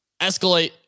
escalate